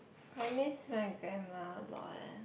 I miss my grandma a lot eh